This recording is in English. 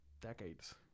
decades